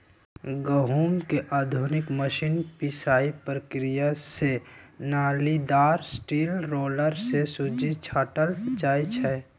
गहुँम के आधुनिक मशीन पिसाइ प्रक्रिया से नालिदार स्टील रोलर से सुज्जी छाटल जाइ छइ